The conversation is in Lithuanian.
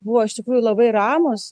buvo iš tikrųjų labai ramūs